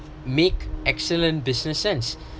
make excellent business sense